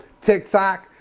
TikTok